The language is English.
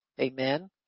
Amen